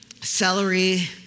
celery